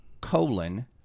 colon